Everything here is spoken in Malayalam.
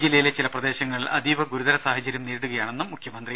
ജില്ലയിലെ ചില പ്രദേശങ്ങൾ അതീവ ഗുരുതര സാഹചര്യം നേരിടുകയാണെന്നും മുഖ്യമന്ത്രി